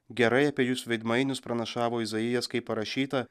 gerai apie jus veidmainius pranašavo izaijas kaip parašyta